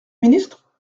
ministre